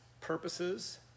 purposes